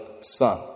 son